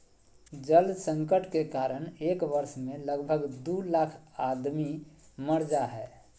जल संकट के कारण एक वर्ष मे लगभग दू लाख आदमी मर जा हय